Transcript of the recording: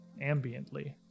ambiently